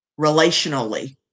relationally